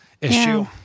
issue